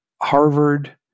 Harvard